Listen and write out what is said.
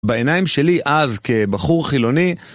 בעיניים שלי אב כבחור חילוני